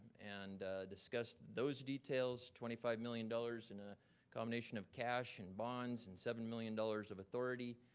and discuss those details, twenty five million dollars in a combination of cash and bonds and seven million dollars of authority.